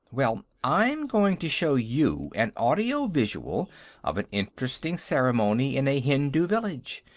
well, i'm going to show you an audio-visual of an interesting ceremony in a hindu village,